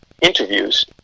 interviews